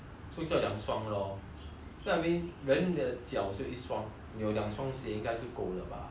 well I mean 人的脚是一双你有两双鞋因该是够了 bah